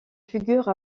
figure